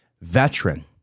veteran